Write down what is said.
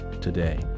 today